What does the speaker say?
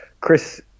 Chris